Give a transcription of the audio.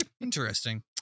Interesting